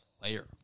player